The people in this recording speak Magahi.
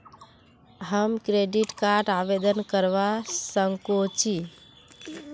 हम क्रेडिट कार्ड आवेदन करवा संकोची?